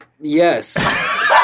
Yes